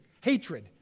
hatred